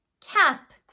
cap